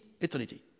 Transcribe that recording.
eternity